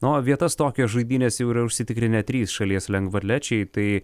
na o vietas tokijo žaidynese jau yra užsitikrinę trys šalies lengvaatlečiai tai